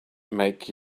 make